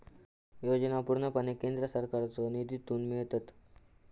योजना पूर्णपणे केंद्र सरकारच्यो निधीतून मिळतत